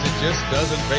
just doesn't